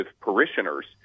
parishioners